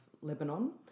Lebanon